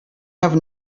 have